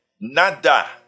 nada